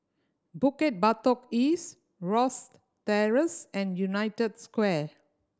Bukit Batok East Rosyth Terrace and United Square